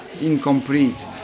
incomplete